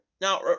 Now